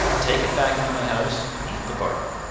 take it back into my house and eat the bark.